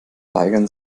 weigern